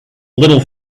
little